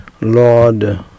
Lord